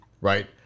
right